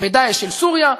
ב"דאעש" של סוריה,